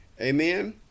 Amen